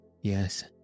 Yes